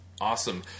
Awesome